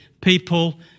people